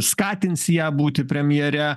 skatins ją būti premjere